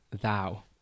Thou